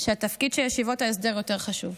שהתפקיד של ישיבות ההסדר יותר חשוב.